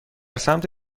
سمت